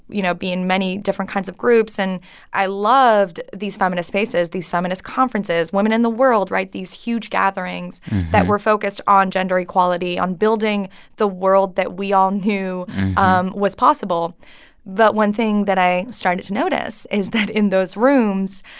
you know, be in many different kinds of groups. and i loved these feminist spaces, these feminist conferences, women in the world right? these huge gatherings that were focused on gender equality, on building the world that we all knew um was possible but one thing that i started to notice is that in those rooms,